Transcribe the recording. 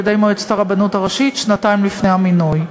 מועצת הרבנות הראשית שנתיים לפני המינוי.